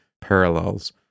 parallels